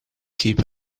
keep